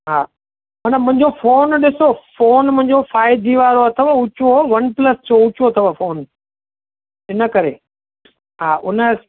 हा मन मुंहिंजो फ़ोन ॾिसो फ़ोन मुंहिंजो फ़ाए जी वारो अथव ऊच्चो वन प्लस जो ऊच्चो अथव फ़ोन इनकरे हा उन